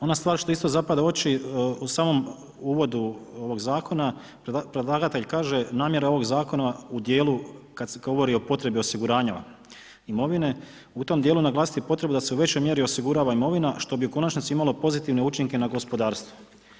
Ono stvar što isto zapada u oči u samom uvodu ovog Zakona, predlagatelj kaže, namjera ovog Zakona u dijelu kad se govori o potrebi osiguranja imovine, u tom dijelu naglasiti potrebu da se u većoj mjeri osigurava imovina, što bi u konačnici imalo pozitivne učinke na gospodarstvo.